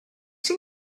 sydd